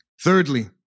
Thirdly